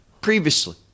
previously